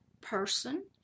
person